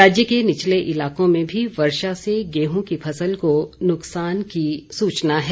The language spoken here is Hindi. राज्य के निचले इलाकों में भी वर्षा से गेहूं की फसल को नुकसान की सूचना है